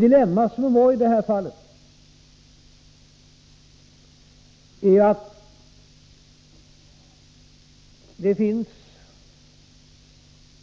Dilemmat i detta fall är ju att det finns